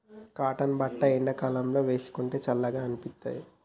cotton బట్టలు ఎండాకాలం లో వేసుకుంటే చల్లగా అనిపిత్తది